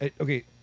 Okay